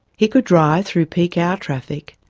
he could drive through peak hour traffic,